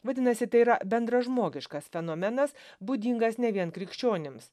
vadinasi tai yra bendražmogiškas fenomenas būdingas ne vien krikščionims